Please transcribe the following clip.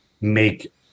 make